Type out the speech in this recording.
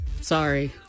Sorry